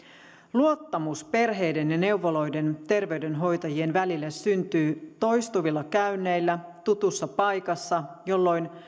luottamus perheiden ja neuvoloiden terveydenhoitajien välille syntyy toistuvilla käynneillä tutussa paikassa jolloin